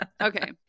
Okay